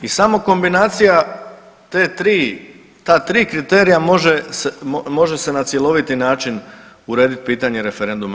I samo kombinacija te tri, ta tri kriterija može se na cjeloviti način uredit pitanje referenduma.